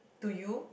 do you